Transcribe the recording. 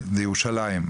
לתחבורה בירושלים,